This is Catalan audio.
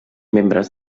membres